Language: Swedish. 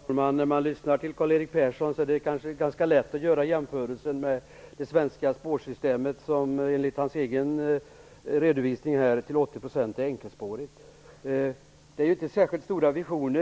Herr talman! När man lyssnar till Karl-Erik Persson är det ganska lätt att göra jämförelsen med det svenska spårsystemet, som enligt hans egen redovisning är till 80 % enkelspårigt. Vänsterpartiets program innehåller inte särskilt stora visioner